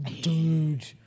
Dude